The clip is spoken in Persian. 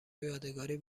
یادگاری